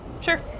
Sure